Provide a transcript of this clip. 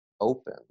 open